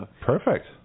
Perfect